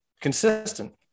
consistent